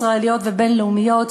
ישראליות ובין-לאומיות,